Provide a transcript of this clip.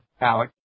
Alex